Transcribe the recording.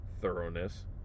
thoroughness